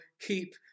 keep